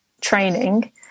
training